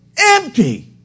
empty